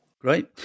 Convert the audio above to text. Great